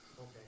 Okay